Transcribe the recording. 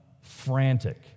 frantic